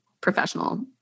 professional